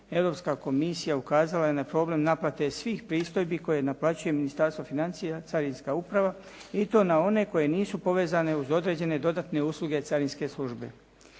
Europska komisija ukazala je na problem naplate svih pristojbi koje naplaćuje Ministarstvo financija, Carinska uprava i to na one koje nisu povezane uz određene dodatne usluge carinske službe.